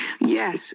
Yes